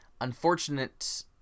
unfortunate